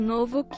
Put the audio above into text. Novo